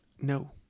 no